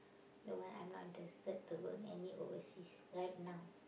don't want I'm not interested to go any overseas right now